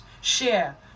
Share